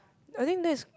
I think that's